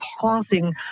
pausing